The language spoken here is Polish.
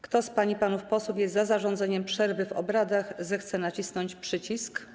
Kto z pań i panów posłów jest za zarządzeniem przerwy w obradach, zechce nacisnąć przycisk.